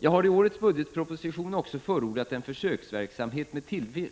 Jag har i årets budgetproposition också förordat en försöksverksamhet med